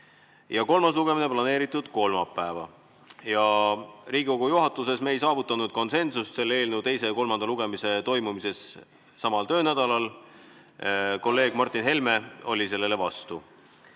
ja kolmas lugemine on planeeritud kolmapäevale. Riigikogu juhatuses me ei saavutanud konsensust selle eelnõu teise ja kolmanda lugemise toimumises samal töönädalal. Kolleeg Martin Helme oli sellele vastu.